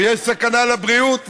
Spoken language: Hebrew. ויש סכנה לבריאות,